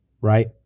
right